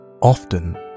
Often